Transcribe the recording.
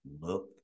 look